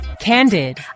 Candid